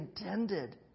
intended